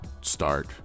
start